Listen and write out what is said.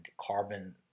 carbon